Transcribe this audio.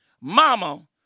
mama